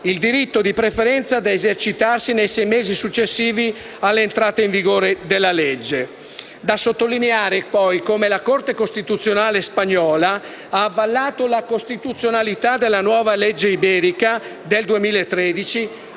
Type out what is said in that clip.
o in via di perfezionamento, da esercitarsi nei sei mesi successivi all'entrata in vigore della legge. Da sottolineare come la Corte costituzionale spagnola abbia avallato la costituzionalità della nuova legge iberica del 2013,